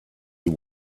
you